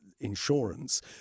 insurance